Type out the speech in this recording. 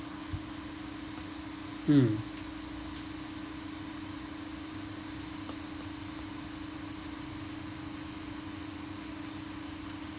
mm